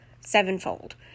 ...sevenfold